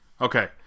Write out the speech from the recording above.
okay